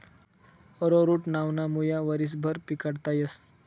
arrowroot नावना मुया वरीसभर पिकाडता येस